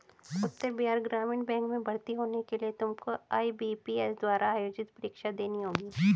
उत्तर Bihar Gramin bank में भर्ती होने के लिए तुमको आई.बी.पी.एस द्वारा आयोजित परीक्षा देनी होगी